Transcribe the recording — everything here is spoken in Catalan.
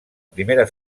primera